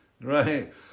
right